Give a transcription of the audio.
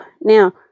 Now